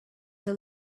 the